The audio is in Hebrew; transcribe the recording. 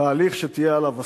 תהליך שתהיה עליו הסכמה,